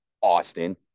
Austin